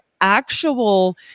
actual